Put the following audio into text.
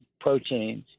proteins